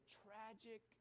tragic